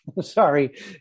Sorry